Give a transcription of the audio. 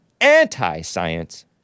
anti-science